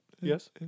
Yes